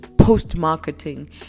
post-marketing